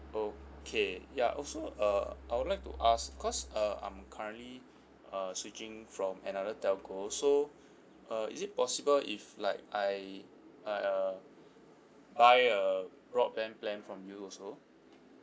okay ya also uh I would like to ask cause uh I'm currently uh switching from another telco so uh is it possible if like I I uh buy a broadband plan from you also